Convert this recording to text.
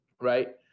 Right